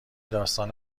داستان